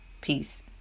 Peace